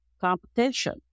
competition